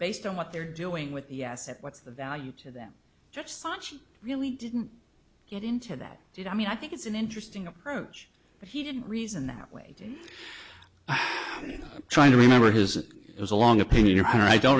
based on what they're doing with the asset what's the value to them just such really didn't get into that did i mean i think it's an interesting approach but he didn't reason that way to try to remember his it was a long opinion i don't